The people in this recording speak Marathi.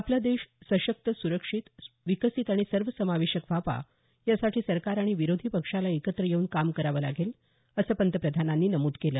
आपला देश सशक्त सुरक्षित विकसित आणि सर्वसमावेशक व्हावा यासाठी सरकार आणि विरोधी पक्षाला एकत्र येऊन काम करावं लागेल असं पंतप्रधानांनी नमूद केलं